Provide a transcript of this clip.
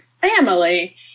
family